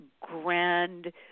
grand